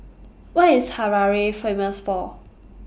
What IS Harare Famous For